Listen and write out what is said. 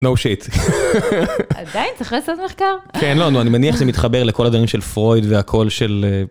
No shit, עדיין צריך לעשות מחקר? הא לא... אני מניח שזה מתחבר לכל הדברים של פרויד והכל של.